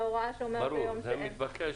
ברור, זה מתבקש.